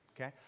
Okay